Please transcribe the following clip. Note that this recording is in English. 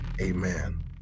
Amen